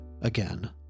again